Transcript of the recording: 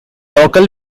local